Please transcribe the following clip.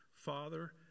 Father